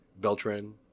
Beltran